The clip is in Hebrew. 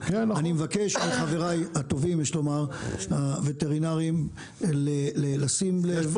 אני מבקש מחבריי הטובים, הווטרינרים, לבנות